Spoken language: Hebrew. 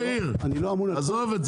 מאיר, עזוב.